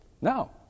No